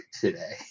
today